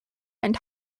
and